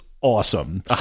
awesome